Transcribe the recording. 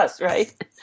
right